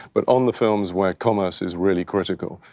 but on the films where commerce is really critical,